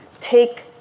take